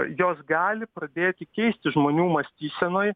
jos gali pradėti keisti žmonių mąstysenoj